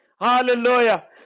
hallelujah